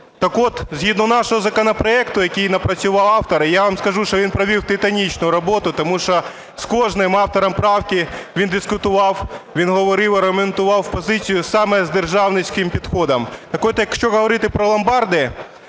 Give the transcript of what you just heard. Так от, згідно нашого законопроекту, який напрацював автор, а я вам скажу, що він провів титанічну роботу, тому що з кожним автором правки він дискутував, він говорив, аргументував позицію саме з державницьким підходом. Так от, якщо говорити про ломбарди,